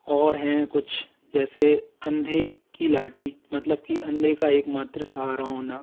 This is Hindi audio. और हैं कुछ जैसे अंधे कि लाठी मतलब कि अंधे का एक मात्र सहारा होना